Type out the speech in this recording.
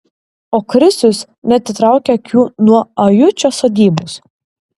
o krisius neatitraukia akių nuo ajučio sodybos